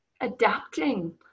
adapting